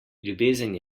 ljubezen